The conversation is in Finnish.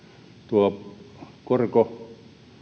tuo korko